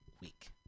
week